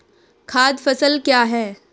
खाद्य फसल क्या है?